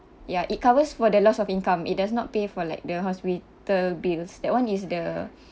ya it covers for the loss of income it does not pay for like the hospital bills that one is the